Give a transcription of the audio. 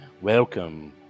welcome